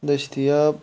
دٔستِیاب